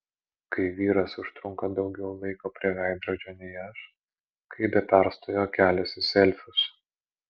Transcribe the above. kai vyras užtrunka daugiau laiko prie veidrodžio nei aš kai be perstojo keliasi selfius